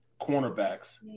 cornerbacks